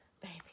Baby